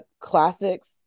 classics